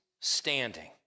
standing